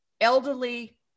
elderly